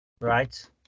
Right